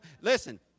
listen